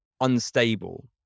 unstable